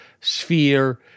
sphere